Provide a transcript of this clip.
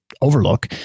overlook